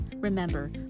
remember